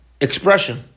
expression